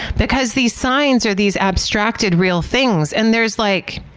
because these signs are these abstracted real things and there's, like.